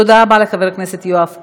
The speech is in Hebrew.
תודה רבה לחבר הכנסת יואב קיש.